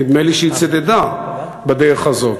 נדמה לי שהיא צידדה בדרך הזאת,